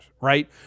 right